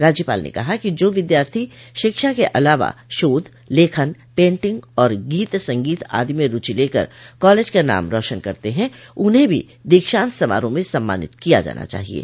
राज्यपाल न कहा कि जो विद्यार्थी शिक्षा के अलावा शोध लेखन पेटिंग और गीत संगीत आदि में रूचि लेकर कॉलेज का नाम रौशन करते हैं उन्हें भी दीक्षान्त समारोह में सम्मानित किया जाना चाहिये